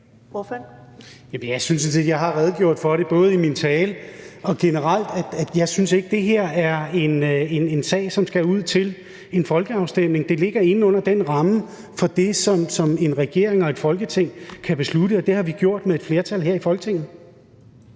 Jeg synes sådan set, jeg har redegjort for det, både i min tale og generelt. Jeg synes ikke, det her er en sag, som skal ud til en folkeafstemning. Det ligger inde under rammen for det, som en regering og et Folketing kan beslutte, og det har vi gjort med et flertal her i Folketinget.